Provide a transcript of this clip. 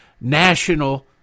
national